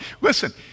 Listen